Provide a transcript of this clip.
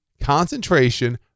concentration